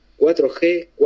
4G+